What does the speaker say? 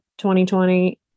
2020